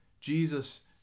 Jesus